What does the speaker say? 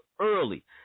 early